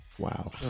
Wow